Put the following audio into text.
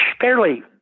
fairly